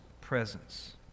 presence